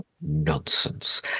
Nonsense